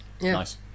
Nice